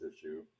issue